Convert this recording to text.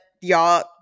y'all